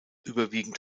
überwiegend